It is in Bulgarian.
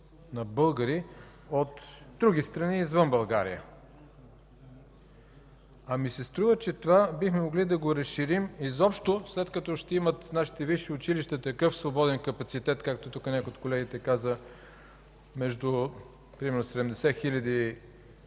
на българи от други страни, извън България. А ми се струва, че бихме могли да го разширим изобщо, след като нашите висши училища ще имат такъв свободен капацитет, както тук някой от колегите каза, примерно между